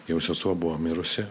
jau sesuo buvo mirusi